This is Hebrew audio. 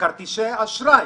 בכרטיסי אשראי,